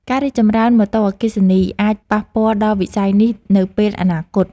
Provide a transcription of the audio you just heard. ការរីកចម្រើនម៉ូតូអគ្គិសនីអាចប៉ះពាល់ដល់វិស័យនេះនៅពេលអនាគត។